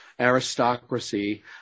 aristocracy